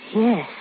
yes